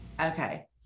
Okay